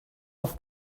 auf